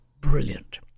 brilliant